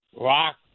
Rock